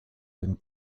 den